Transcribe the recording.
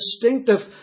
distinctive